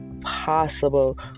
possible